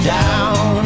down